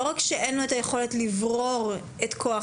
לא רק שאין לו את היכולת לברור את כוח